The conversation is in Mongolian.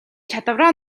чадвараа